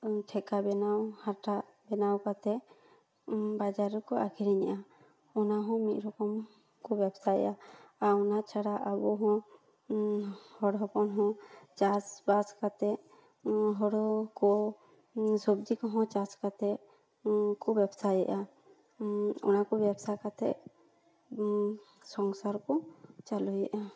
ᱴᱷᱮᱠᱟ ᱵᱮᱱᱟᱣ ᱦᱟᱴᱟᱜ ᱵᱮᱱᱟᱣ ᱠᱟᱛᱮ ᱵᱟᱡᱟᱨ ᱨᱮᱠᱚ ᱟᱹᱠᱷᱟᱨᱤᱧᱮᱫᱼᱟ ᱚᱱᱟ ᱦᱚᱸ ᱢᱤᱫ ᱨᱚᱠᱚᱢ ᱠᱚ ᱵᱮᱵᱥᱟᱭᱮᱫᱼᱟ ᱚᱱᱟ ᱪᱷᱟᱲᱟ ᱟᱵᱚ ᱦᱚᱸ ᱦᱚᱲ ᱦᱚᱯᱚᱱ ᱦᱚᱸ ᱪᱟᱥ ᱵᱟᱥ ᱠᱟᱛᱮ ᱦᱩᱲᱩ ᱠᱚ ᱥᱚᱵᱽᱡᱤ ᱠᱚᱦᱚᱸ ᱪᱟᱥ ᱠᱟᱛᱮ ᱠᱚ ᱵᱮᱵᱥᱟᱭᱮᱫᱼᱟ ᱚᱱᱟ ᱠᱚ ᱵᱮᱵᱥᱟ ᱠᱟᱛᱮᱫ ᱥᱚᱢᱥᱟᱨ ᱠᱚ ᱪᱟᱹᱞᱩᱭᱮᱫᱟ